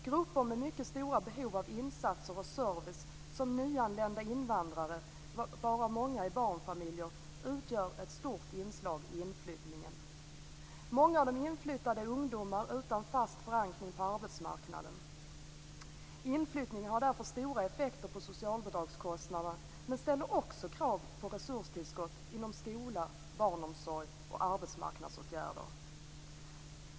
Grupper med stora behov av insatser och service, som nyanlända invandrare varav många är barnfamiljer, utgör ett stort inslag i inflyttningen. Många av de inflyttade är ungdomar utan fast förankring på arbetsmarknaden. Inflyttningen har därför stora effekter på socialbidragskostnaderna men ställer också krav på resurstillskott inom skola, barnomsorg och arbetsmarknadsåtgärder.